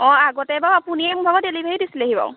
অঁ আগতে বাৰু আপুনিয়ে মোৰভাগৰ ডেলিভাৰী দিছিলেহি বাৰু